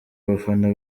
bafana